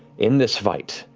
in this fight,